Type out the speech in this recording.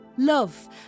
love